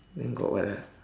then got what ah